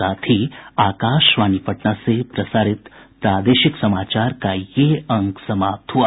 इसके साथ ही आकाशवाणी पटना से प्रसारित प्रादेशिक समाचार का ये अंक समाप्त हुआ